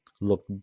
look